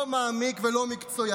לא מעמיק ולא מקצועי.